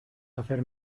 hacer